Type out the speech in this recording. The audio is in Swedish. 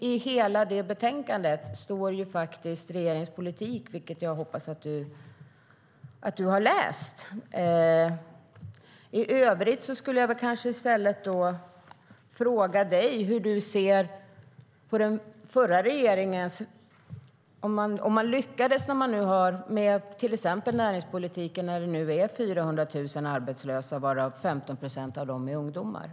I betänkandet kan man läsa om regeringens politik, vilket jag hoppas att du har gjort.